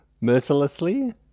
mercilessly